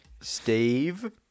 steve